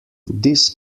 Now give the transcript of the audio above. this